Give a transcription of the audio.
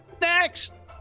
Next